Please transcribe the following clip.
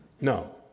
No